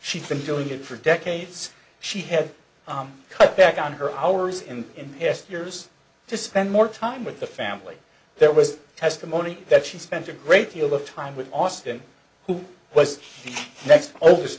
she's been doing it for decades she had cut back on her hours in past years to spend more time with the family there was testimony that she spent a great deal of time with austin who was the next oldest